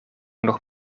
nog